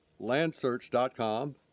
LandSearch.com